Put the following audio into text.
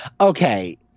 Okay